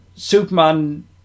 Superman